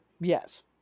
Yes